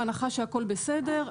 בהנחה שהכול בסדר,